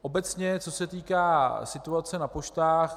Obecně co se týká situace na poštách.